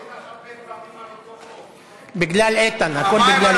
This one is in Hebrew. חוק ההגבלים העסקיים (תיקון מס' 21), התשע"ט 2019,